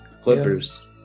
Clippers